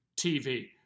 TV